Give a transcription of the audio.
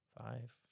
five